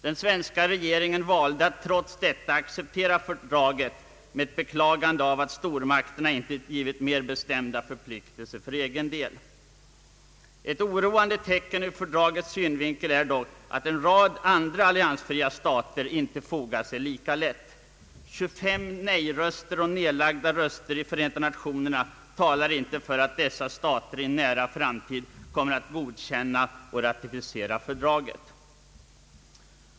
Den svenska regeringen valde att trots detta acceptera fördraget med ett beklagande av att stormakterna inte åtagit sig mer bestämda förpliktelser för egen del. Ett oroande tecken ur fördragets synvinkel är att en rad andra alliansfria stater inte fogat sig lika lätt. Tillsammans 25 nej-röster och nedlagda röster i FN talar inte för att dessa stater i en nära framtid kommer att godkänna och ratificera fördraget.